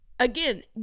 Again